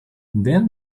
then